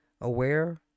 aware